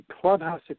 clubhouse